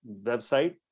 website